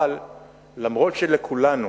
אבל אף-על-פי שלכולנו,